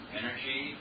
energy